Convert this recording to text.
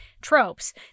tropes